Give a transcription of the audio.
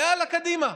ויאללה קדימה.